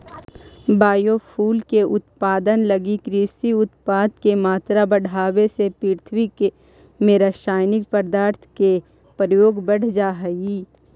biofuel के उत्पादन लगी कृषि उत्पाद के मात्रा बढ़ावे से पृथ्वी में रसायनिक पदार्थ के प्रयोग बढ़ जा हई